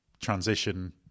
transition